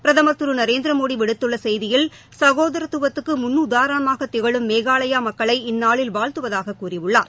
பிரதம் திரு நரேந்திரமோடி விடுத்துள்ள செய்தியில் சகோதரத்துவத்துக்கு முன்னுதாரணமாக திகழும் மேகாலயா மக்களை இந்நாளில் வாழ்த்துவதாகக் கூறியுள்ளார்